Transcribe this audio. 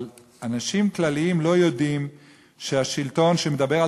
אבל אנשים כלליים לא יודעים שהשלטון שמדבר על